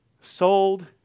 sold